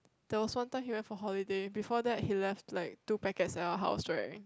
there was one time he went for holiday before that he left like two packets at our house right